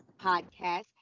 Podcast